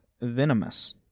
Venomous